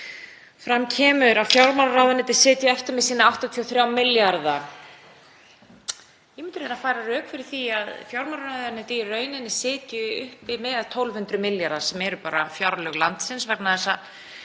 Fram kemur að fjármálaráðuneytið sitji eftir með sína 83 milljarða. Ég myndi vilja færa rök fyrir því að fjármálaráðuneytið sitji í rauninni uppi með 1.200 milljarða, sem eru bara fjárlög landsins, vegna þess að